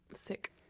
sick